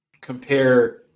compare